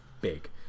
big